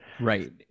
Right